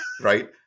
right